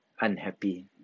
unhappy